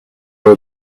were